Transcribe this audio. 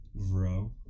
Bro